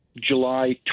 July